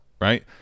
right